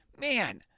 man